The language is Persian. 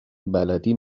بلدی